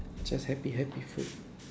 just happy happy food